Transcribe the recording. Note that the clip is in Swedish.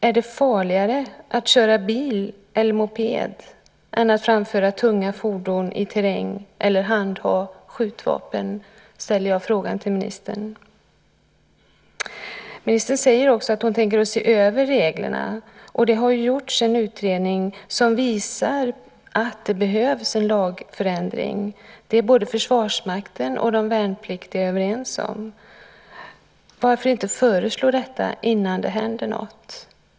Är det farligare att köra bil eller moped än att framföra tunga fordon i terräng eller handha skjutvapen? frågar jag ministern. Ministern säger också att hon tänker se över reglerna. Det har gjorts en utredning som visar att det behövs en lagändring, och det är både Försvarsmakten och de värnpliktiga överens om. Varför inte föreslå detta innan det händer något?